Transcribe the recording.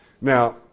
Now